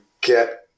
get